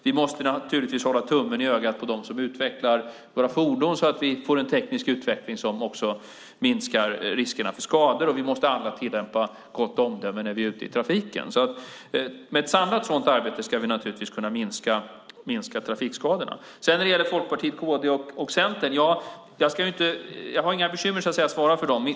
Vi måste naturligtvis hålla tummen i ögat på dem som utvecklar fordonen så att vi får en teknisk utveckling som gör att riskerna för skador minskar. Vi måste alltid tillämpa gott omdöme när vi är ute i trafiken. Med ett samlat arbete ska vi kunna minska trafikskadorna. När det gäller Folkpartiet, Kristdemokraterna och Centern har jag inga bekymmer att svara för dem.